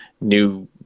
new